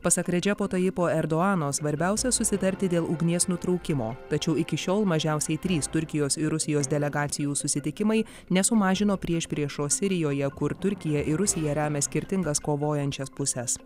pasak redžepo tajipo erdoano svarbiausia susitarti dėl ugnies nutraukimo tačiau iki šiol mažiausiai trys turkijos ir rusijos delegacijų susitikimai nesumažino priešpriešos sirijoje kur turkija ir rusija remia skirtingas kovojančias puses